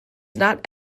not